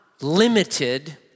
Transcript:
limited